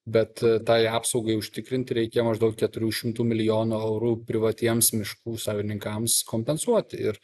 bet tai apsaugai užtikrinti reikia maždaug keturių šimtų milijonų eurų privatiems miškų savininkams kompensuoti ir